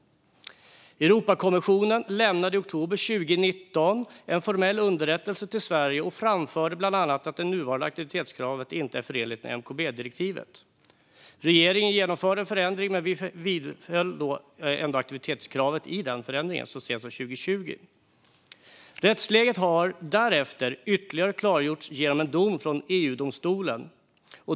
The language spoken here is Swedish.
Europeiska kommissionen lämnade i oktober 2019 en formell underrättelse till Sverige och framförde bland annat att det nuvarande aktivitetskravet inte är förenligt med MKB-direktivet. Regeringen genomförde en förändring, men i den förändringen vidhöll vi ändå aktivitetskravet så sent som 2020. Rättsläget har därefter klargjorts ytterligare genom en dom från EU-domstolen.